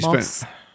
spent